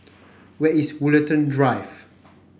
where is Woollerton Drive